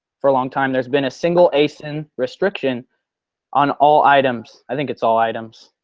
for a long time there's been a single asin restriction on all items. i think it's all items,